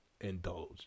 indulge